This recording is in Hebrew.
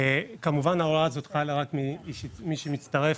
כמובן שההוראה הזו חלה רק על מי שמצטרף